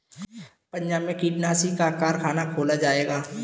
पंजाब में कीटनाशी का कारख़ाना खोला जाएगा